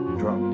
drum